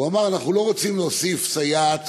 הוא אמר: אנחנו לא רוצים להוסיף סייעת